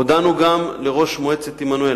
הודענו גם לראש מועצת עמנואל.